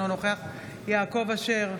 אינו נוכח יעקב אשר,